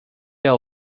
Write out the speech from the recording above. jahr